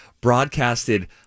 broadcasted